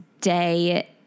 day